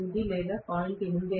8 లేదా 0